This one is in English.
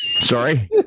Sorry